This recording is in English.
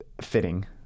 Fitting